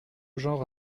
genre